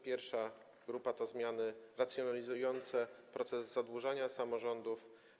Pierwsza grupa to zmiany racjonalizujące proces zadłużania samorządów.